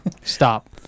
stop